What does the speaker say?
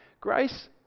Grace